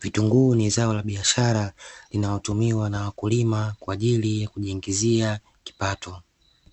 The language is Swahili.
Vitunguu ni zao la biashara linalotumiwa na wakulima kwa ajili ya kujiingizia kipato.